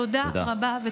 תודה רבה.